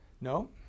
No